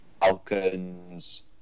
Falcons